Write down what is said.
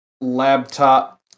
laptop